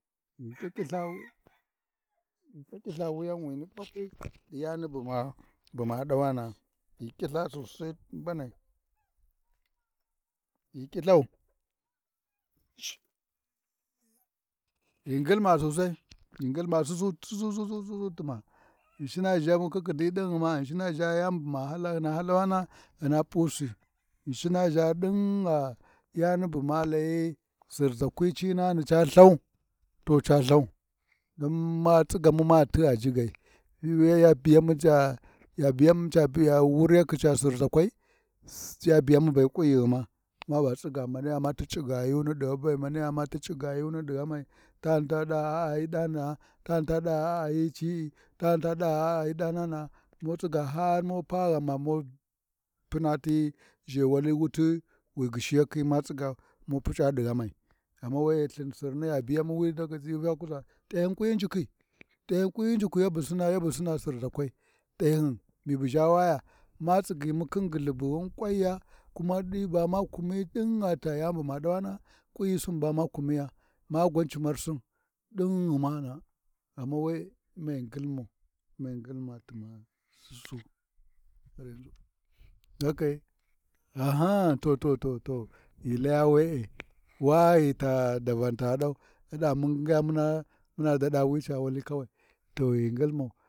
Ghi ƙiƙƙiLha, ghi ƙiƙƙiLha wuyan wini ɓakwi yani buna ɗau-buma ɗawana’a ghi ƙiLtha Sosai mbanai, ghi ƙiLthau ghi ngyilma Sosai ghi ngilma Sussu Sussu Sussu tuma, Ghimshima ʒhamu khikhiɗai ɗinghima, Ghinshina ʒha yani bu hyina halawana a hyina P’usi, Ghinshina ʒha ɗin yani buma layi Surʒakwi cini Ca Lthau to ca Lthau, don ma tsigamu, ma tigha jiggai Piwuyi ya biyamu Wuryakhi Ca Sirʒakwai, ya biyamu be ƙwinyighima, Sai ma tsiga maniya Uhma C’igayuni ɗi ghamain maummati cigayunɗi ghamai tani taɗa a'a hyi ɗana’a tani ta ɗaa a'a hyi ci’i. Tani taɗa a-a hy ɗaana’a mu tsiga har mu putsa ghamai har ma puma ti zhewali wuli wi ghishi yakhi mu ti wuyan gwan, lthin gwan ya kum li wuyana, we ba ca wali ca ʒhiba jarhyina Ghinshina ʒhau, Ghinshina ʒhau, mai laya we-e Ok to shike to ghi ngilmau, ghigulma ghi Ngilma darani, to ghi ngilmau, idama ghi layi muna daɗa ca ʒhewalai, to Ghinshina ʒha lthin Subu hyin ʒhi Wali khin Lthin hyi-hi dangyani, Subu papurakwi gwan don ma pappurau, wi ca wali ma iyaLthu gwamu, ma iyaLthu, ɗi ghanti gwan ba wuyi ma kuʒuʒa, Saiai ma fakhi ba ma pi ghana, tani ta biyau, tani ta biyau, tani ta biyau, Sai wa p’a wa pu ghan, Sai ma p’a ghan ʒhewalai, koga tani ta tsigha pakhi wuya, tani ta tsigha palchi wuya, aa cini ca wali ba wiyaya cini ca wali ngin tani ta yani ba kwakwa, ngin tanani ba wuya? Te nginasi wa waya, to ghi we ɓa ma p’a wuyi ca Sirʒakwima, amma mani gwan ma pappuru ʒa, hyi me iyuzu ɗinɗimu.